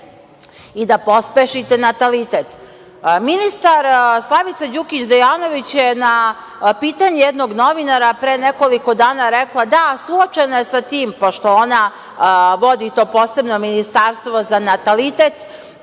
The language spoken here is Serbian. i da pospešite natalitet. Ministar Slavica Đukić Dejanović je nas pitanje jednog novinara pre nekoliko dana rekla, da, suočena je sa tim, pošto ona vodi to posebno ministarstvo za natalitet,